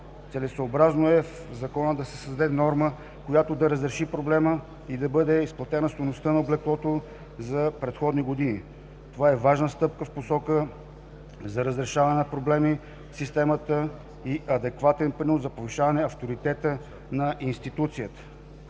Целесъобразно е в Закона да се създаде норма, която да разреши проблема и да бъде изплатена стойността на облеклото за предходни години. Това е важна стъпка в посока за разрешаване на проблеми в системата и адекватен принос за повишаване авторитета на институцията.